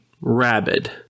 rabid